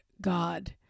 God